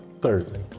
Thirdly